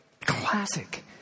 Classic